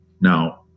Now